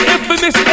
Infamous